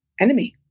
enemy